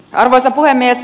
arvoisa puhemies